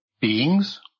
beings